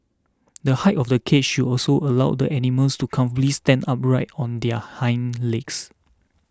the height of the cage should also allow the animals to comfortably stand upright on their hind legs